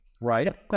Right